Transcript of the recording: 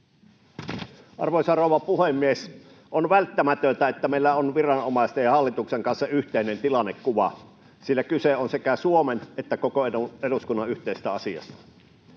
Arvoisa rouva puhemies! On välttämätöntä, että meillä on viranomaisten ja hallituksen kanssa yhteinen tilannekuva, sillä kyse on sekä Suomen että koko eduskunnan yhteisestä asiasta.